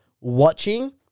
watching